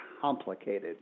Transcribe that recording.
complicated